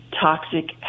toxic